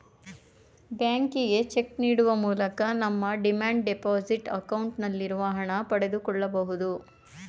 ಬ್ಯಾಂಕಿಗೆ ಚೆಕ್ ನೀಡುವ ಮೂಲಕ ನಮ್ಮ ಡಿಮ್ಯಾಂಡ್ ಡೆಪೋಸಿಟ್ ಅಕೌಂಟ್ ನಲ್ಲಿರುವ ಹಣ ಪಡೆದುಕೊಳ್ಳಬಹುದು